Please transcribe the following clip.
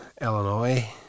Illinois